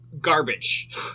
Garbage